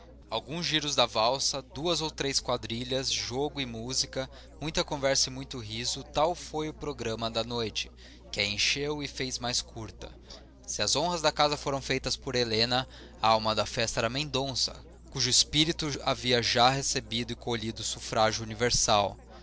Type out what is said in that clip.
alguns giros de valsa duas ou três quadrilhas jogo e música muita conversa e muito riso tal foi o programa da noite que a encheu e fez mais curta se as honras da casa foram feitas por helena a alma da festa era mendonça cujo espírito havia já recebido e colhido o sufrágio universal